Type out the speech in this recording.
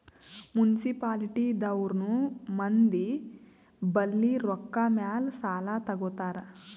municipality ದವ್ರನು ಮಂದಿ ಬಲ್ಲಿ ರೊಕ್ಕಾದ್ ಮ್ಯಾಲ್ ಸಾಲಾ ತಗೋತಾರ್